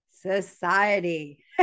Society